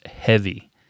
heavy